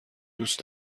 دوست